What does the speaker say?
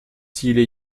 ziele